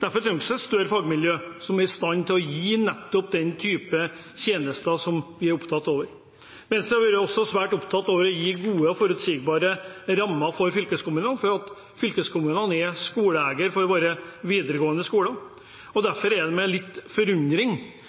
Derfor trengs det større fagmiljøer som er i stand til å gi nettopp den type tjenester som vi er opptatt av. Venstre har også vært svært opptatt av å gi gode og forutsigbare rammer for fylkeskommunene, for fylkeskommunene er eiere av våre videregående skoler. Derfor er det med litt forundring